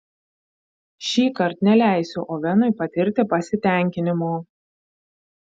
šįkart neleisiu ovenui patirti pasitenkinimo